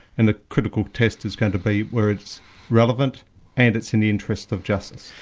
and the critical test is going to be whether it's relevant and it's in the interests of justice.